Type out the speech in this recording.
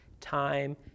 time